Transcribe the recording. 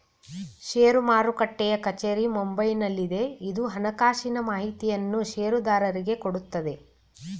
ಷೇರು ಮಾರುಟ್ಟೆಯ ಕಚೇರಿ ಮುಂಬೈನಲ್ಲಿದೆ, ಇದು ಹಣಕಾಸಿನ ಮಾಹಿತಿಯನ್ನು ಷೇರುದಾರರಿಗೆ ಕೊಡುತ್ತದೆ